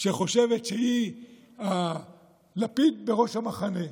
שחושבת שהיא הלפיד בראש המחנה.